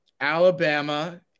alabama